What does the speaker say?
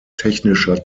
technischer